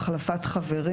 החלפת חברים,